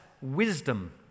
wisdom